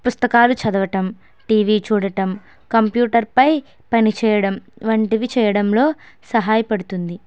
పుస్తకాలు చదవడం టీవీ చూడటం కంప్యూటర్ పై పనిచేయడం వంటివి చేయడంలో సహాయపడుతుంది